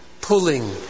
pulling